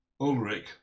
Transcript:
Ulrich